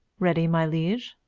ready, my liege.